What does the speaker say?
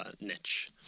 niche